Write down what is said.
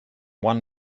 one